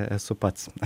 esu pats